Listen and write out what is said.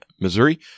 Missouri